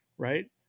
right